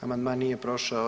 Amandman nije prošao.